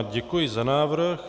Děkuji za návrh.